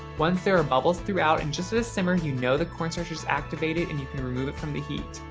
once there are bubbles throughout and just at a simmer, you know the cornstarch is activated and you can remove it from the heat.